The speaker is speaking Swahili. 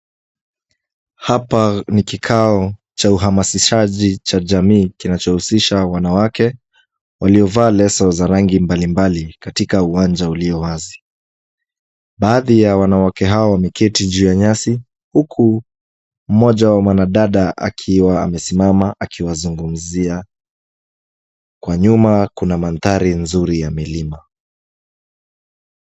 Hapa ni kikao cha uhamasishaji cha jamii kinachohusisha wanawake waliovaa leso za rangi mbalimbali katika uwanja ulio wazi. Baadhi ya wanawake hao wameketi juu ya nyasi huku mmoja wa mwanadada akiwa amesimama akiwazungumzia. Kwa nyuma kuna mandhari nzuri ya milima.